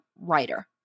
writer